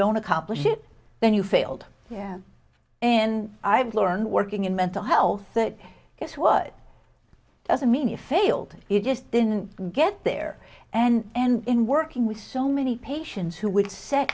don't accomplish it then you failed and i've learned working in mental health that it's what doesn't mean you failed it just didn't get there and in working with so many patients who would set